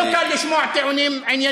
לא קל, לא קל לשמוע טיעונים ענייניים.